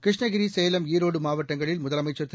கிருஷ்ணகிரி சேலம் ஈரோடு மாவட்டங்களில் முதலமைச்சர் திரு